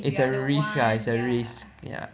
it's a risk ya it's a risk ya